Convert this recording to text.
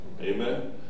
amen